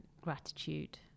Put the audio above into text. gratitude